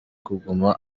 kuguma